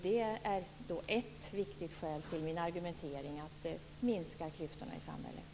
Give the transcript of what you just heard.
Detta är ett för mig viktigt skäl till min argumentering att minska klyftorna i samhället.